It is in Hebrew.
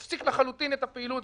הפסיק לחלוטין את הפעילות,